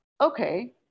okay